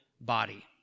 body